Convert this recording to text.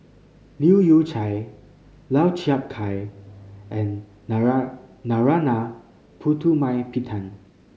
Leu Yew Chye Lau Chiap Khai and Narana Putumaippittan